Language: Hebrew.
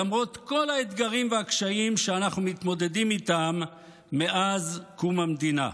למרות כל האתגרים והקשיים שאנחנו מתמודדים איתם מאז קום המדינה.